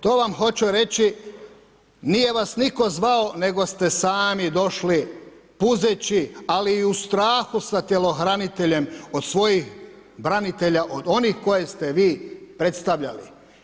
To vam hoću reći, nije vas nitko zvao nego ste sami došli puzeći ali i u strahu sa tjelohraniteljem od svojih branitelja, od onih koje ste vi predstavljali.